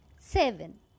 Seven